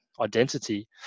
identity